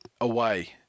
away